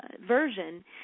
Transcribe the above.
version